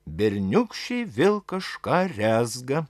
berniūkščiai vėl kažką rezga